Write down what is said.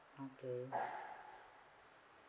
okay